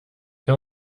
hirn